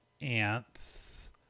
ants